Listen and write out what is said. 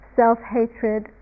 self-hatred